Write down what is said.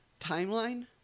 timeline